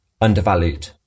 undervalued